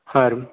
ಹಾಂ ರೀ